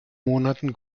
monaten